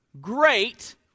Great